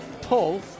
pull